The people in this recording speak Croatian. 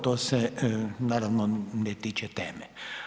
to se naravno ne tiče teme.